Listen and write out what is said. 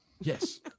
Yes